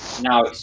now